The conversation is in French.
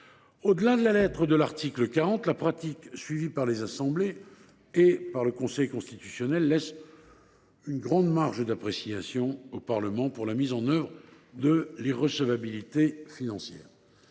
Au delà de la lettre de l’article 40, la pratique suivie par les assemblées et le Conseil constitutionnel laisse une grande marge d’appréciation au Parlement pour la mise en œuvre de l’irrecevabilité financière.